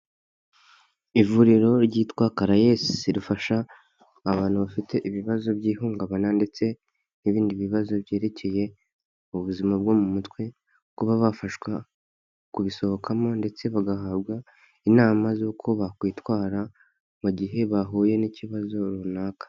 Ivuriro ryitwa karayesi rifasha abantu bafite ibibazo by'ihungabana ndetse n'ibindi bibazo byerekeye ubuzima bwo mu mutwe kuba bafashwa kubisohokamo ndetse bagahabwa inama z'uko bakwitwara mu gihe bahuye n'ikibazo runaka.